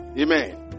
Amen